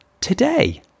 today